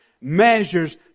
measures